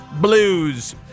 Blues